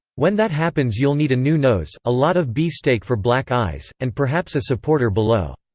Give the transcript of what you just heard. when that happens you'll need a new nose, a lot of beefsteak for black eyes, and perhaps a supporter below!